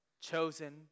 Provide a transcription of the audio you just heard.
chosen